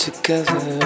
together